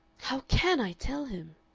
how can i tell him?